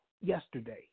yesterday